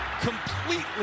completely